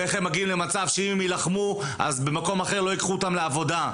ואיך הם מגיעים למצב שאם הם יילחמו אז במקום אחר לא יקחו אותם לעבודה.